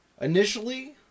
Initially